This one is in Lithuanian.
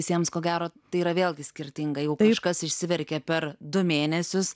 visiems ko gero tai yra vėlgi skirtingai jau kažkas išsiverkia per du mėnesius